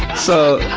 so,